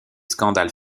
scandales